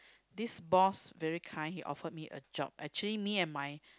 this boss very kind he offered me a job actually me and my